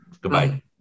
Goodbye